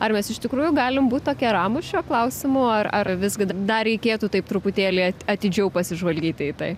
ar mes iš tikrųjų galim būt tokie ramūs šiuo klausimu ar ar visgi dar reikėtų taip truputėlį atidžiau pasižvalgyti į tai